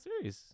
Series